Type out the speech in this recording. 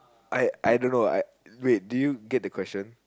I I don't know I wait did you get the question